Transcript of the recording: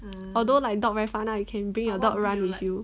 although like dog very fun lah you can bring your dog run with you